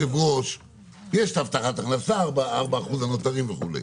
יש הבטחת הכנסה, 4% הנותרים וכו',